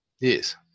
Yes